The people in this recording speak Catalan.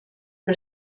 que